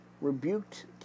rebuked